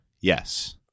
Yes